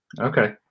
Okay